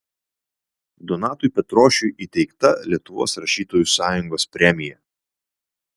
donatui petrošiui įteikta lietuvos rašytojų sąjungos premija